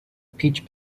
peach